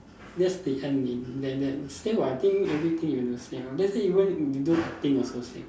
that's the end already then then same [what] I think everything you do same ah let's say you want do acting also same